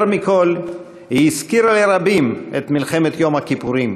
יותר מכול היא הזכירה לרבים את מלחמת יום הכיפורים